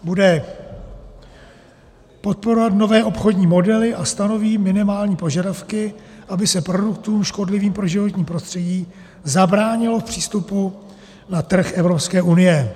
Bude podporovat nové obchodní modely a stanoví minimální požadavky, aby se produktům škodlivým pro životní prostředí zabránilo v přístupu na trh Evropské unie.